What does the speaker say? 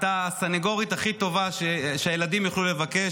הייתה הסנגורית הכי טובה שהילדים יכולים לבקש,